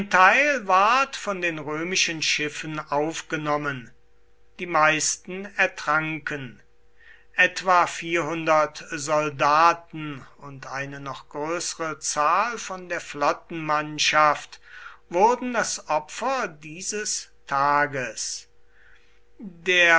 teil ward von den römischen schiffen aufgenommen die meisten ertranken etwa soldaten und eine noch größere zahl von der flottenmannschaft wurden das opfer dieses tages